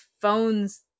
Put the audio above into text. phones